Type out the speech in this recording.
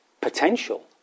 potential